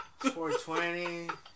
420